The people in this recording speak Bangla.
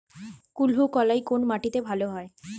কুলত্থ কলাই কোন মাটিতে ভালো হয়?